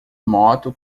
moto